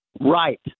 Right